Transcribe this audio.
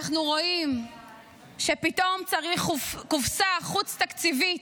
אנחנו רואים שפתאום צריך קופסה חוץ-תקציבית,